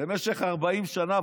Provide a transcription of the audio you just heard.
במשך 40 שנה,